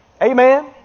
amen